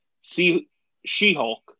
She-Hulk